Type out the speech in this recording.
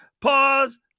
pause